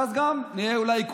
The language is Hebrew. ואז גם נהיה אולי,